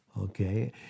okay